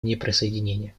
неприсоединения